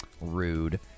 Rude